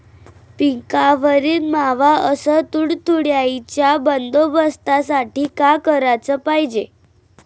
पिकावरील मावा अस तुडतुड्याइच्या बंदोबस्तासाठी का कराच पायजे?